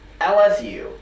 LSU